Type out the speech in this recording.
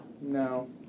No